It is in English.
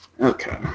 Okay